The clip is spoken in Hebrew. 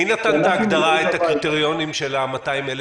מי נתן את הקריטריונים של ה-200,000?